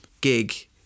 gig